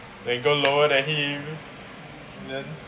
when go lower than him then